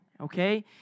okay